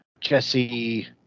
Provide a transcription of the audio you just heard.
Jesse